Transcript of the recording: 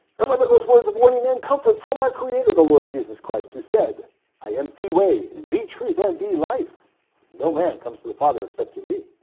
remember those words of warning and comfort from our creator, the lord jesus christ, who said i am the way, the truth and the life no man comes to the father except through me.